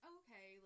okay